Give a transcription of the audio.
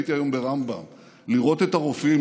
הייתי היום ברמב"ם לראות את הרופאים,